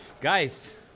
Guys